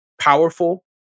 powerful